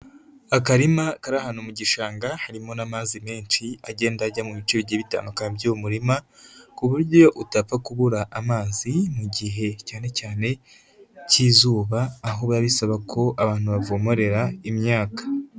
Akarima kari ahantu mu gishanga harimo n'amazi menshi agenda ajya mu bice bigiye bitandukanye by'uwo murima ku buryo utapfa kubura amazi mu gihe cyane cyane k'izuba aho baba bisaba ko abantu bavomerera imyaka.